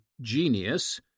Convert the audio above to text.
Genius –